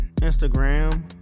Instagram